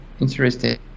interesting